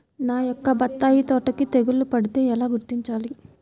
నా యొక్క బత్తాయి తోటకి తెగులు పడితే ఎలా గుర్తించాలి?